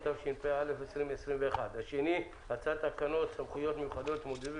התשפ"א-2021 והצעת תקנות סמכויות מיוחדות להתמודדות